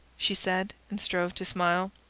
she said, and strove to smile.